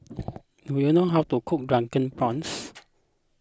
do you know how to cook Drunken Prawns